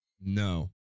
No